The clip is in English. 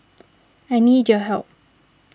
I need your help